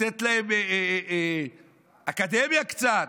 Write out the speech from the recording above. לתת להם אקדמיה קצת,